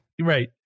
Right